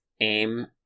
AIM